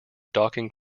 docking